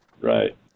Right